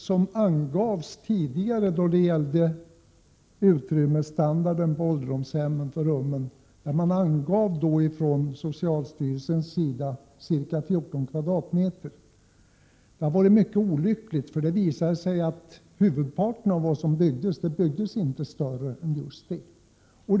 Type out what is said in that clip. som socialstyrelsen tidigare angav beträffande utrymmesstandard på ålderdomshemmen har visat sig vara mycket olycklig, eftersom huvudparten av de bostäder som byggdes inte gjordes större än just 14 m?.